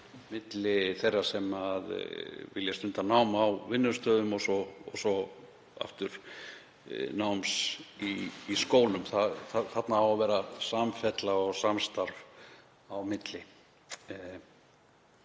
milli þeirra sem vilja stunda nám á vinnustöðum og svo aftur náms í skólum. Þarna á að vera samfella og samstarf á milli.